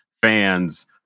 fans